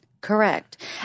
correct